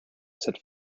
said